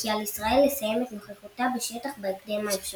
וכי על ישראל לסיים את נוכחותה בשטח בהקדם האפשרי.